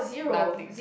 nothing